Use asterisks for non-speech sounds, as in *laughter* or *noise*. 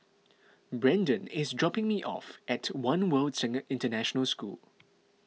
Brenden is dropping me off at one World *unintelligible* International School